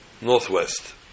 Northwest